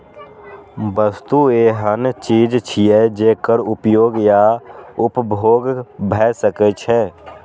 वस्तु एहन चीज छियै, जेकर उपयोग या उपभोग भए सकै छै